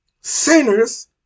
sinners